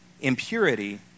impurity